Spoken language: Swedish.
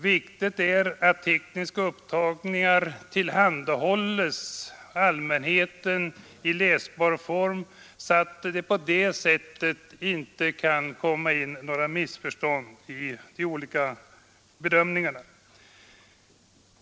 Viktigt är att tekniska upptagningar tillhandahålles allmänheten i läsbar form så att på det sättet inte några missförstånd kan komma in vid de olika bedömningarna.